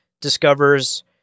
discovers